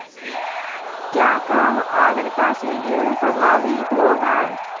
क्या काम आद्रता से गेहु प्रभाभीत होगा?